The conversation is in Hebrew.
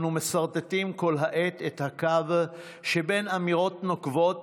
אנו מסרטטים כל העת את הקו שבין אמירות נוקבות,